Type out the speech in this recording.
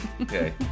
Okay